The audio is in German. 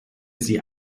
sie